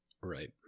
Right